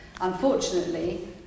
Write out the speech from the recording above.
Unfortunately